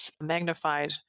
magnified